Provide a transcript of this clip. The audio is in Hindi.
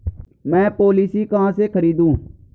मैं पॉलिसी कहाँ से खरीदूं?